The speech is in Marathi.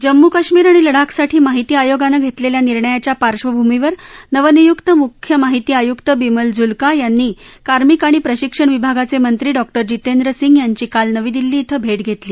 जम्मू कश्मीर आणि लडाखसाठी माहिती आयोगानं घेतलेल्या निर्णयाच्या पार्श्वभूमीवर नवनियुक्त मुख्य माहिती आयुक्त बिमल जुल्का यांनी कार्मिक आणि प्रशिक्षण विभागाचे मंत्री डॉक्टर जितेंद्र सिंग यांची काल नवी दिल्ली इथं भेट घेतली